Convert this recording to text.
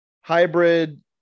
hybrid